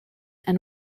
and